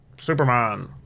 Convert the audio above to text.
Superman